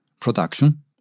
production